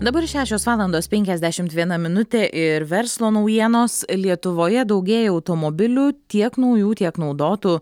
dabar šešios valandos penkiasdešimt viena minutė ir verslo naujienos lietuvoje daugėja automobilių tiek naujų tiek naudotų